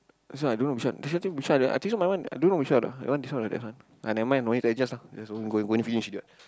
also I don't know which one should I take which one I think so my one ah I don't know which one I want this one or that one !aiya! never mind no need to adjust lah going finish already [what]